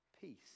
Peace